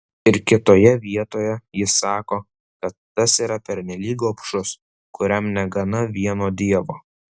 ir kitoje vietoje jis sako kad tas yra pernelyg gobšus kuriam negana vieno dievo